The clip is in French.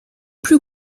plus